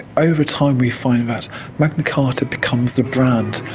over time we find that magna carta becomes the brand.